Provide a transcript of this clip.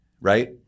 Right